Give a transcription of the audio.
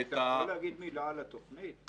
אתה יכול להגיד מילה על התוכנית.